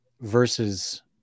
versus